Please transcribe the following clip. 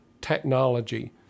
technology